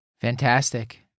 Fantastic